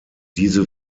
diese